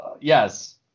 yes